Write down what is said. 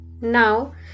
Now